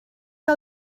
que